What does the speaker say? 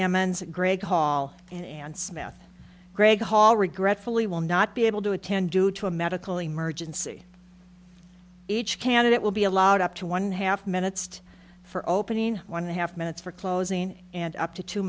and greg hall and smith greg hall regretfully will not be able to attend due to a medical emergency each candidate will be allowed up to one half minutes for opening one and a half minutes for closing and up to two